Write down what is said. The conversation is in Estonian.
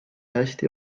hästi